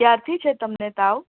કયારથી છે તમને તાવ